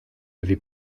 avait